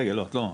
רגע לא,